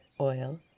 oil